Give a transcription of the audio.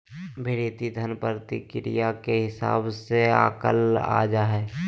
भृति धन प्रतिवर्ष के हिसाब से आँकल जा हइ